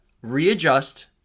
readjust